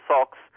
Socks